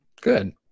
Good